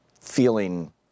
feeling